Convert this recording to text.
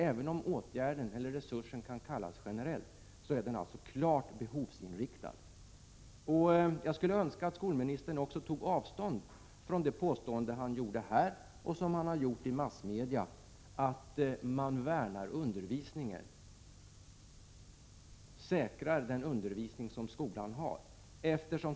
Även om åtgärden eller resursen kan kallas generell, så är den alltså klart behovsinriktad. Jag skulle önska att skolministern tog avstånd från det påstående han gjorde här och som han har gjort i massmedia, att man värnar undervisningen, säkrar den undervisning som skolan har.